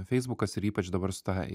feisbukas ir ypač dabar su ta